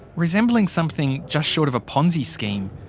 resembling something just short of a ponzi scheme.